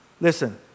Listen